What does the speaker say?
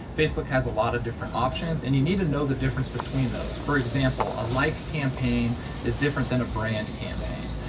facebook has a lot of different options and you need to know the difference between those. for example, a like campaign is different than a brand campaign,